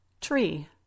Tree